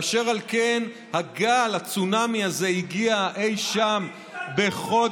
אשר על כן הגל, הצונאמי הזה הגיע אי שם בחודש